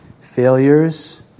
failures